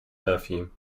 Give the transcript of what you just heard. perfume